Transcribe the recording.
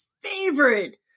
favorite